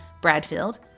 Bradfield